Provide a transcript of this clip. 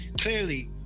clearly